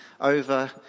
over